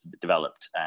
developed